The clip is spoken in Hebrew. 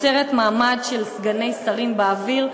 יוצרת מעמד של סגני שרים באוויר,